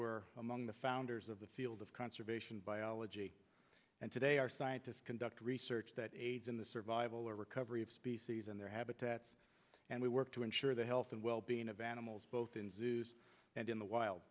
were among the founders of the field of conservation biology and today our scientists conduct research that aids in the survival recovery of species and their habitats and we work to ensure the health and well being of animals both in zoos and in the wild